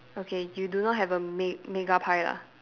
okay you do not have a mega pie lah